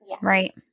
Right